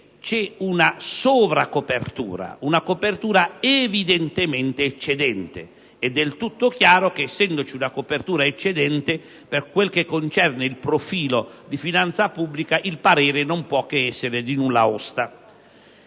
una sovracopertura, ossia una copertura evidentemente eccedente. È del tutto chiaro che, essendoci una copertura eccedente, per quel che concerne il profilo di finanza pubblica il parere non può che essere di nulla osta.